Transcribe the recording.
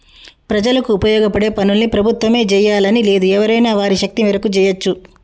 ప్రజలకు ఉపయోగపడే పనుల్ని ప్రభుత్వమే జెయ్యాలని లేదు ఎవరైనా వారి శక్తి మేరకు జెయ్యచ్చు